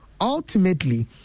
ultimately